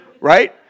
Right